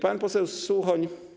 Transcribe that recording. Pan poseł Suchoń.